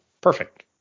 perfect